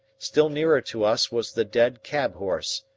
still nearer to us was the dead cab-horse,